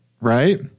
Right